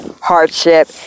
hardship